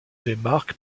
démarque